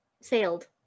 sailed